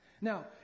Now